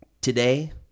Today